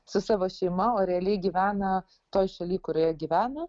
su savo šeima o realiai gyvena toj šaly kurioje gyvena